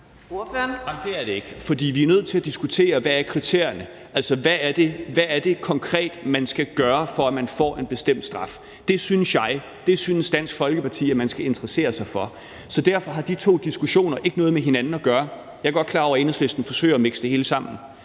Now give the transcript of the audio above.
det er det ikke. Vi er nødt til at diskutere, hvad kriterierne er. Altså, hvad er det konkret, man skal gøre, for at man får en bestemt straf? Det synes jeg og det synes Dansk Folkeparti at man skal interessere sig for. Derfor har de to diskussioner ikke noget med hinanden at gøre. Jeg er godt klar over, at Enhedslisten forsøger at mikse det hele sammen,